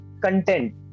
content